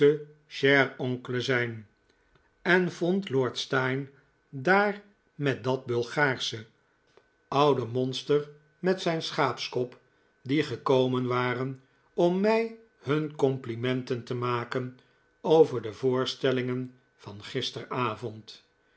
en vond lord steyne daar met dat bulgaarsche oude monster met zijn schaapskop die gekomen waren om mij hun complimenten te maken over de voorstellingen van gisteravond